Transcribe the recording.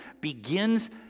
begins